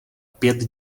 pět